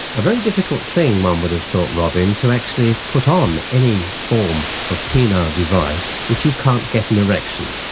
a very difficult thing, one would have thought, robin, to actually put on any form of penile device if you can't get an election.